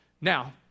Now